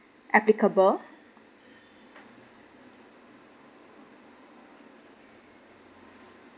applicable